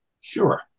sure